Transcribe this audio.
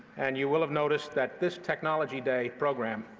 and you will have noticed that this technology day program